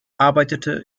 arbeitete